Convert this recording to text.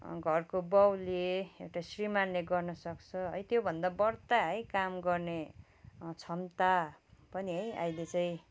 घरको बाउले एउटा श्रीमानले गर्नु सक्छ है त्योभन्दा बढ्ता है काम गर्ने क्षमता पनि है अहिले चाहिँ